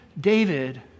David